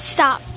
Stop